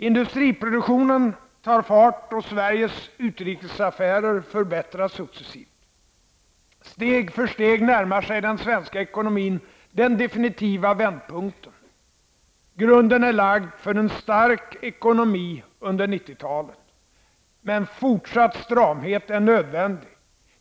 Industriproduktionen tar fart och Sveriges utrikesaffärer förbättras successivt. Steg för steg närmar sig den svenska ekonomin den definitiva vändpunkten. Grunden är lagd för en stark ekonomi under 90-talet. Men fortsatt stramhet är nödvändig.